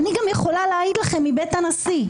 אני גם יכולה להעיד מבית הנשיא,